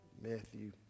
Matthew